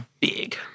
big